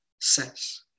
says